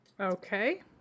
okay